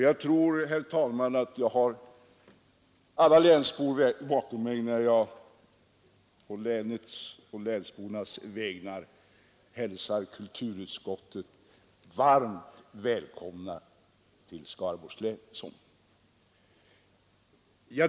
Jag tror, herr talman, att jag har alla länsbor bakom mig när jag på länets och dess invånares vägnar hälsar kulturutskottet varmt välkommet till Skaraborgs län.